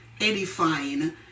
edifying